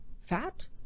fat